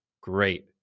Great